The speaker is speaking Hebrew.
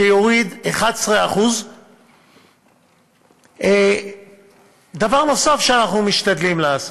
שיוריד 11%. דבר נוסף שאנחנו משתדלים לעשות,